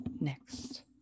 next